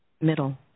Middle